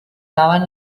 saben